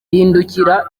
hindukira